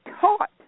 taught